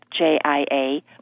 JIA